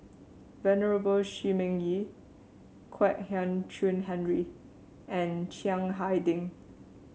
Venerable Shi Ming Yi Kwek Hian Chuan Henry and Chiang Hai Ding